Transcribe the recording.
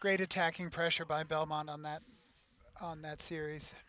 great attacking pressure by belmont on that on that series